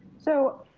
so